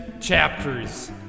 chapters